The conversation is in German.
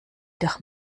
doch